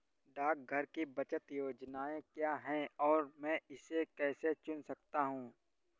डाकघर की बचत योजनाएँ क्या हैं और मैं इसे कैसे चुन सकता हूँ?